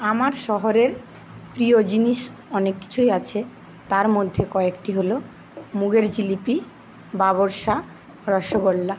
আমার শহরের প্রিয় জিনিস অনেক কিছুই আছে তার মধ্যে কয়েকটি হলো মুগের জিলিপি বাবরশা রসগোল্লা